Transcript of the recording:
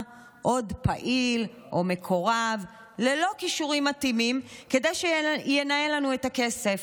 עוד פעיל או מקורב ללא כישורים מתאימים כדי שינהל לנו את הכסף.